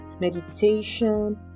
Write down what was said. meditation